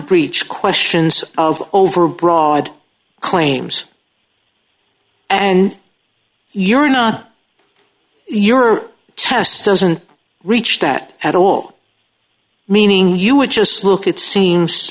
breach questions of over broad claims and you're not your testament reached that at all meaning you would just look at see